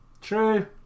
true